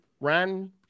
ran